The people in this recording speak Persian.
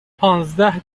پانزده